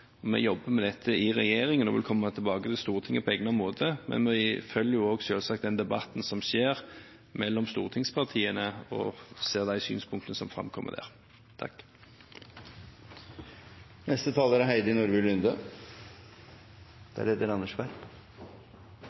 oss. Vi jobber med dette i regjeringen og vil komme tilbake til Stortinget på egnet måte. Men vi følger selvsagt også den debatten som pågår mellom stortingspartiene, og ser de synspunktene som framkommer der. Norge er